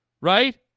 Right